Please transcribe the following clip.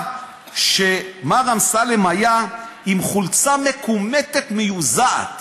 ש"מר אמסלם היה עם חולצה מקומטת מיוזעת"